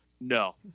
no